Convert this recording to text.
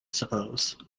suppose